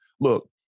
look